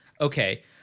Okay